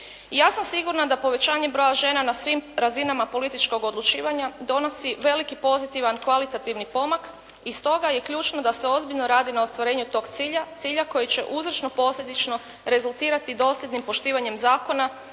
Ja sam sigurna da povećanjem broja žena na svim razinama političkog odlučivanja donosi veliki pozitivan kvalitativni pomak i stoga je ključno da se ozbiljno radi na ostvarenju tog cilja, cilja koji će uzročno-posljedično rezultirati dosljednim poštivanjem zakona